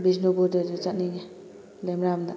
ꯕꯤꯁꯅꯨꯄꯨꯔꯗꯁꯨ ꯆꯠꯅꯤꯡꯉꯦ ꯂꯩꯃꯔꯥꯝꯗ